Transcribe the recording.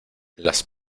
las